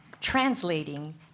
translating